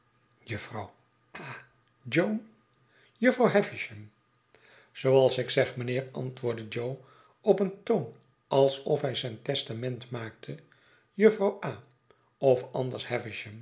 a jo jufvrouw havisham zooals ik zeg mijnheer antwoordde jo op een toon alsof hij zijn testament maakte jufvrouw a of anders